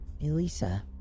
Elisa